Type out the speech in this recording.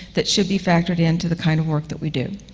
that should be factored into the kind of work that we do.